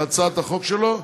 בהצעת החוק שלו,